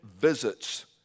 visits